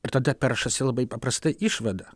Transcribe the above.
ir tada peršasi labai paprasta išvada